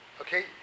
Okay